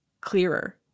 clearer